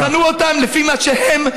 תבחנו אותם לפי מה שהם,